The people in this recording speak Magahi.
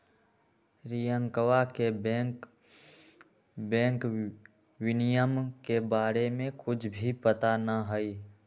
रियंकवा के बैंक विनियमन के बारे में कुछ भी पता ना हई